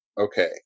Okay